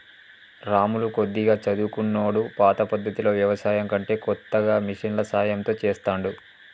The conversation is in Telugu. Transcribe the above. రాములు కొద్దిగా చదువుకున్నోడు పాత పద్దతిలో వ్యవసాయం కంటే కొత్తగా మిషన్ల సాయం తో చెస్తాండు